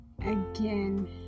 again